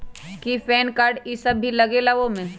कि PAN card इ सब भी लगेगा वो में?